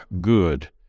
good